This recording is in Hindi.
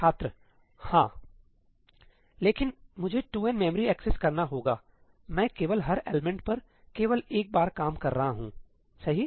छात्र हां लेकिन मुझे 2n मेमोरी एक्सेस करना होगा मै केवल हर एलमेंट पर केवल एक बार काम कर रहा हूं सही